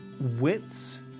wits